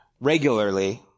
regularly